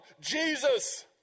Jesus